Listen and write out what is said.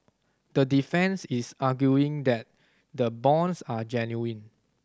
the defence is arguing that the bonds are genuine